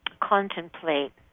contemplate